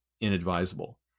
inadvisable